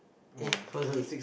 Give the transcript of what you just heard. eh sorry sorry